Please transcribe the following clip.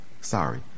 Sorry